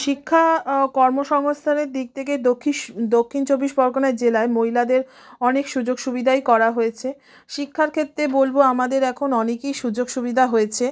শিক্ষা কর্মসংস্তানের দিক থেকে দক্ষিস দক্ষিণ চব্বিশ পরগনায় জেলায় মহিলাদের অনেক সুযোগ সুবিধাই করা হয়েছে শিক্ষার ক্ষেত্রে বলবো আমাদের এখন অনেকই সুযোগ সুবিধা হয়েছে